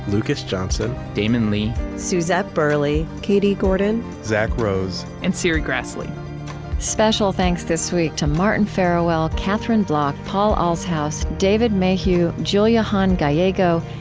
lucas johnson, damon lee, suzette burley, katie gordon, zack rose, and serri graslie special thanks this week to martin farawell, catherine bloch, paul allshouse, david mayhew, julia hahn-gallego,